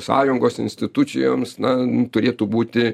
sąjungos institucijoms na turėtų būti